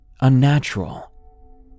unnatural